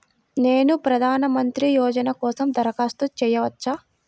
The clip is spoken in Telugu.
నేను ప్రధాన మంత్రి యోజన కోసం దరఖాస్తు చేయవచ్చా?